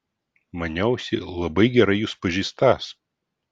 maniausi labai gerai jus pažįstąs